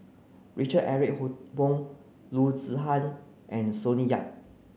Richard Eric Holttum Loo Zihan and Sonny Yap